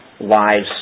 lives